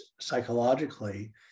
psychologically